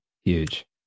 huge